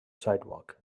sidewalk